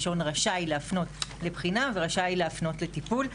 לשון רשאי להפנות לבחינה וראשי להפנות לטיפול.